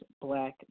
black